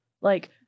Like-